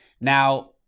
Now